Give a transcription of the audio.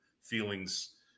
feelings